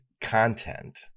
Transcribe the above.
content